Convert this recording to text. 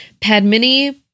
Padmini